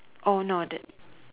oh no that